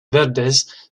verdes